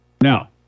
Now